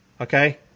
okay